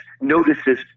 notices